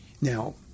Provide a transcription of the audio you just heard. Now